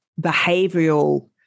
behavioral